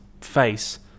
face